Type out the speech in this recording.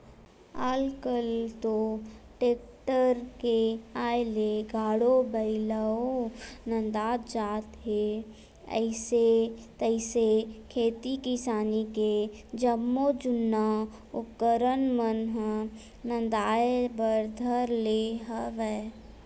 आल कल तो टेक्टर के आय ले गाड़ो बइलवो नंदात जात हे अइसे तइसे खेती किसानी के जम्मो जुन्ना उपकरन मन ह नंदाए बर धर ले हवय